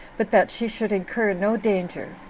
but that she should incur no danger.